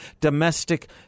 domestic